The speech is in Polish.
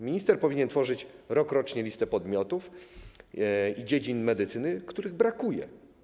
Minister powinien tworzyć rokrocznie listę podmiotów i dziedzin medycyny, których brakuje.